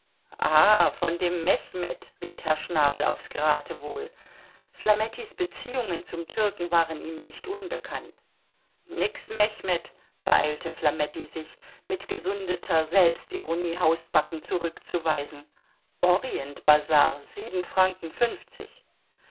von dem mechmed riet herr schnabel aufs geratewohl flamettis beziehungen zum türken waren ihm nicht unbekannt nix mechmed beeilte flametti sich mit gesundeter selbstironie hausbacken zurückzuweisen orientbazar sieben franken fünfzig